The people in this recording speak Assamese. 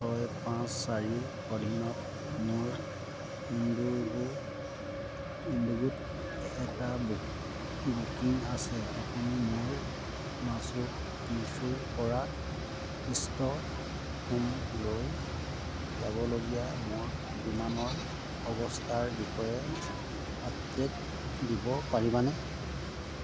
ছয় পাঁচ চাৰিৰ অধীনত মোৰ ইণ্ডিগোত এটা বুকিং আছে আপুনি মোক মাচু পিচ্চুৰপৰা ষ্টকহোমলৈ যাবলগীয়া মোৰ বিমানৰ অৱস্থাৰ বিষয়ে আপডে'ট দিব পাৰিবানে